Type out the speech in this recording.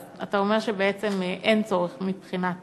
אתה אומר שאין צורך מבחינת המשרד,